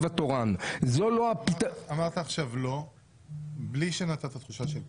התורן -- אמרת עכשיו לא בלי שנתת תחושה של כן.